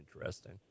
interesting